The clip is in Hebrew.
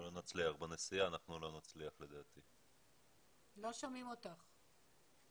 --- לא שומעים אותך.